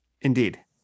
Indeed